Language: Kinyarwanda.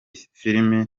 filimi